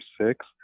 six